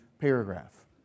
paragraph